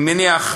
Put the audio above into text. אני מניח,